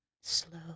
Slow